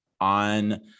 on